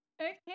okay